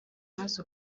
maze